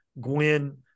Gwen